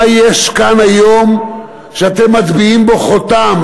מה יש כאן היום שאתם מטביעים בו חותם?